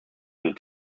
der